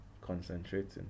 concentrating